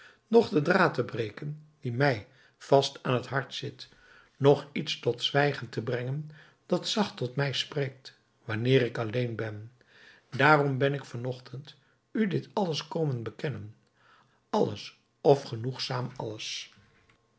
noch den draad te breken die mij vast aan t hart zit noch iets tot zwijgen te brengen dat zacht tot mij spreekt wanneer ik alleen ben daarom ben ik van ochtend u dit alles komen bekennen alles of genoegzaam alles